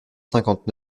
cinquante